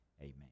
Amen